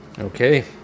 Okay